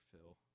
Phil